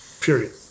Period